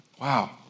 Wow